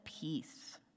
peace